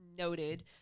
noted